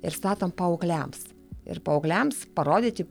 ir statom paaugliams ir paaugliams parodyti